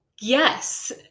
yes